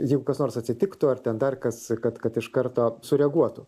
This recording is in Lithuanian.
jeigu kas nors atsitiktų ar ten dar kas kad kad iš karto sureaguotų